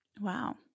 Wow